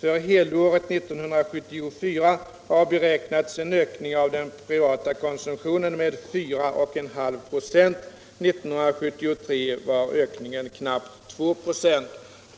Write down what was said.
För helåret 1974 har beräknats en ökning av den privata konsumtionen med 4,5 96. 1973 var ökningstakten knappt 2 96.”